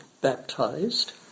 baptized